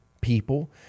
people